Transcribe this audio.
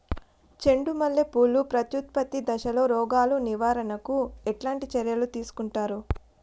చెండు మల్లె పూలు ప్రత్యుత్పత్తి దశలో రోగాలు నివారణకు ఎట్లాంటి చర్యలు తీసుకుంటారు?